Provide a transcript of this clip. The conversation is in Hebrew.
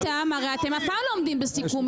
הרי אתם אף פעם לא עומדים בסיכומים.